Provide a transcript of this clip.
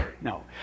no